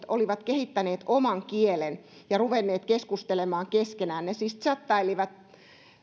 olivat kehittäneet oman kielen ja ruvenneet keskustelemaan keskenään ne siis tsättäilivät